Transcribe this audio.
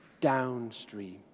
downstream